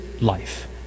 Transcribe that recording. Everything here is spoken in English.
life